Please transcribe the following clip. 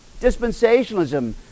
Dispensationalism